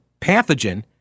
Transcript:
pathogen